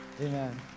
Amen